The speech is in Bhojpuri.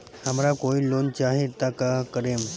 हमरा कोई लोन चाही त का करेम?